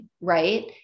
right